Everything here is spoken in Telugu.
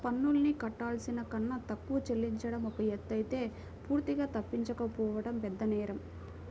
పన్నుల్ని కట్టాల్సిన కన్నా తక్కువ చెల్లించడం ఒక ఎత్తయితే పూర్తిగా తప్పించుకోవడం పెద్దనేరం